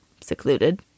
secluded